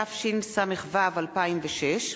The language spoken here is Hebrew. התשע”ב 2011,